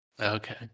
Okay